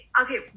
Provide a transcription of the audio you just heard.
Okay